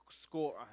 Score